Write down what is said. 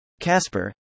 Casper